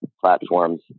platforms